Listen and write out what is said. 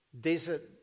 desert